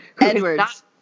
Edwards